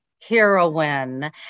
heroine